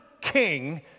king